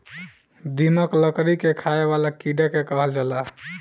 दीमक, लकड़ी के खाए वाला कीड़ा के कहल जाला